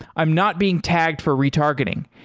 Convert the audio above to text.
i'm not being tagged for retargeting.